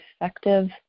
effective